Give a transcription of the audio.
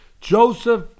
Joseph